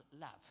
love